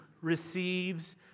receives